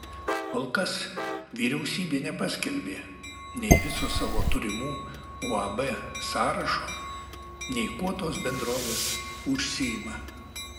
kol kas vyriausybė nepaskelbė nei viso savo turimų uab sąrašo nei kuo tos bendrovės užsiima